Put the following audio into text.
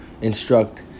instruct